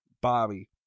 Bobby